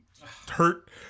hurt